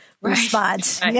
response